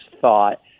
thought